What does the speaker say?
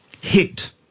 hit